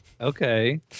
Okay